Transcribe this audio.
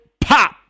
pop